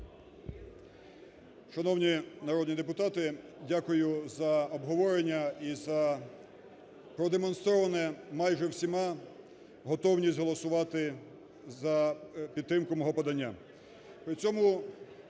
Шановні народні депутати, дякую за обговорення і за продемонстровану майже всіма готовність голосувати за підтримку мого подання.